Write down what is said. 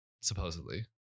Supposedly